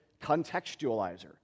contextualizer